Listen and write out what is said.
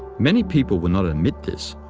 many people will not admit this,